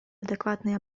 адекватные